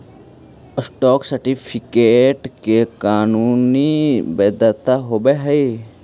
stock certificate के कानूनी वैधता होवऽ हइ